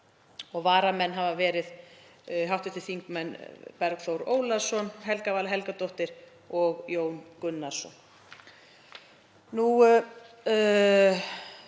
Varamenn hafa verið hv. þingmenn Bergþór Ólason, Helga Vala Helgadóttir og Jón Gunnarsson.